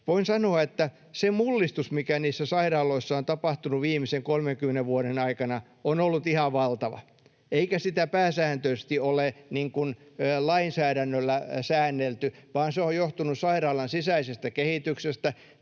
voin sanoa, että se mullistus, mikä niissä sairaaloissa on tapahtunut viimeisen 30 vuoden aikana, on ollut ihan valtava, eikä sitä pääsääntöisesti ole lainsäädännöllä säännelty, vaan se on johtunut sairaalan sisäisestä kehityksestä.